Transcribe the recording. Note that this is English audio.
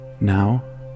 Now